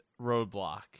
roadblock